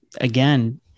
again